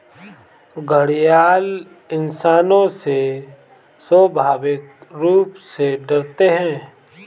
घड़ियाल इंसानों से स्वाभाविक रूप से डरते है